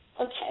okay